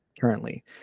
currently